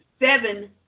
seven